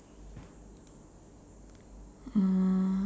uh